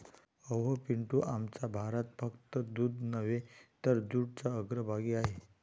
अहो पिंटू, आमचा भारत फक्त दूध नव्हे तर जूटच्या अग्रभागी आहे